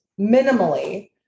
minimally